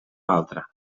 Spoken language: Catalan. altra